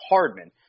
Hardman